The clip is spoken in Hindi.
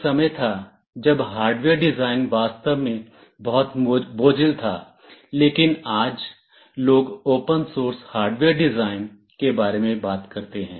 एक समय था जब हार्डवेयर डिजाइन वास्तव में बहुत बोझिल था लेकिन आज लोग ओपन सोर्स हार्डवेयर डिजाइन के बारे में बात करते हैं